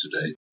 today